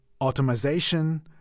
automation